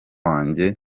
wanjye